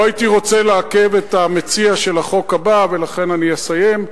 לא הייתי רוצה לעכב את המציע של החוק הבא ולכן אני אסיים.